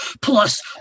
Plus